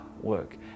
work